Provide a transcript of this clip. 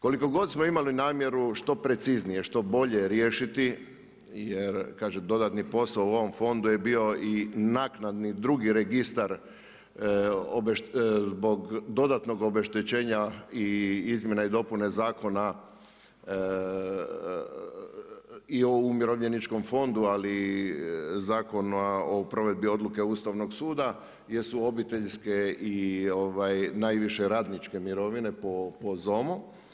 Koliko god smo imali namjeru što preciznije, što bolje riješiti, jer kaže dodatni posao u ovom fondu je bio i naknadni drugi registar zbog dodatnog obeštećenja i izmjena i dopuna zakona i u Umirovljeničkom fondu ali i zakona o provedbi odluke Ustavnog suda jer su obiteljske i najviše radničke mirovine po ZOM-u.